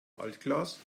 altglas